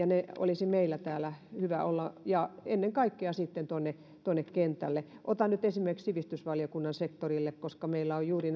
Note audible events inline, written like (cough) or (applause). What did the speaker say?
(unintelligible) ne olisi täällä meillä hyvä olla ja ennen kaikkea sitten saada tuonne kentälle otan nyt esimerkiksi sivistysvaliokunnan sektorin koska meillä on juuri (unintelligible)